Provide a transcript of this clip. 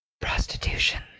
Prostitution